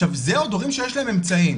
עכשיו זה עוד הורים שיש להם אמצעים.